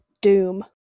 Doom